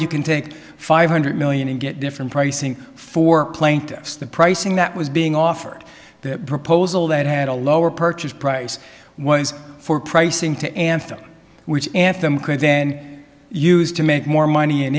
you can take five hundred million and get different pricing for plaintiffs the pricing that was being offered that proposal that had a lower purchase price was for pricing to anthem which anthem could then use to make more money